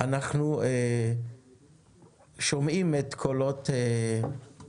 אנחנו שומעים את קולות היזמים,